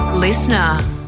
Listener